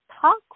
talk